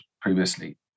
previously